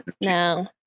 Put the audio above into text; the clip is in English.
No